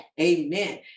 amen